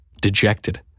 dejected